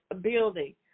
building